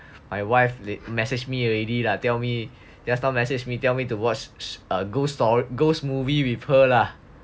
my wife message me already lah tell me just now message me tell me to watch a ghost story or ghost movie with her lah